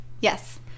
Yes